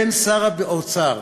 בין שר האוצר